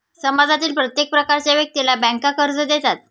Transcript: समाजातील प्रत्येक प्रकारच्या व्यक्तीला बँका कर्ज देतात